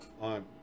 on